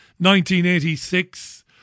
1986